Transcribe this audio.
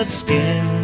skin